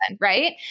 right